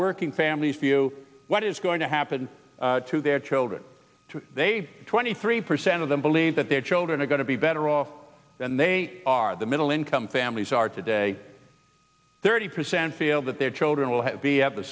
working families view what is going to happen to their children to they twenty three percent of them believe that their children are going to be better off than they are the middle income families are today thirty percent feel that their children will